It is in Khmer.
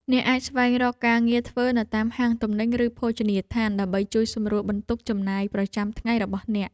អ្នកអាចស្វែងរកការងារធ្វើនៅតាមហាងទំនិញឬភោជនីយដ្ឋានដើម្បីជួយសម្រាលបន្ទុកចំណាយប្រចាំថ្ងៃរបស់អ្នក។